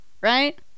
right